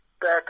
back